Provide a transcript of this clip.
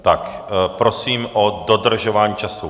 Tak prosím o dodržování času.